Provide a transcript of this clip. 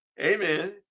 amen